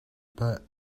pas